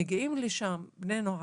מגיעים לשם בני נוער,